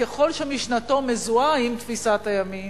ככל שמשנתו מזוהה עם תפיסת הימין,